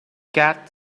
cat